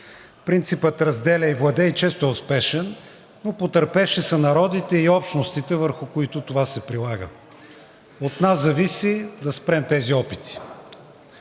Принципът разделяй и владей често е успешен, но потърпевши са народите и общностите, върху които това се прилага, и от нас зависи да спрем тези опити.